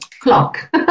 clock